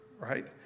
right